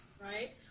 Right